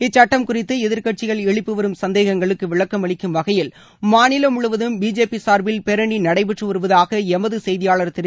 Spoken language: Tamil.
இச்சுட்டம் குறித்து எதிர்கட்சிகள் எழுப்பிவரும் சந்தேகங்களுக்கு விளக்கம் அளிக்கும் வகையில் மாநிலம் முழுவதும் பிஜேபி சார்பில் பேரணி நடைபெற்று வருவதாக எமது செய்தியாளர் தெரிவிக்கிறார்